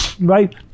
right